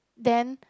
then